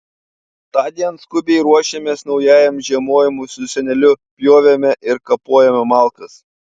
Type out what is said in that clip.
tądien skubiai ruošėmės naujam žiemojimui su seneliu pjovėme ir kapojome malkas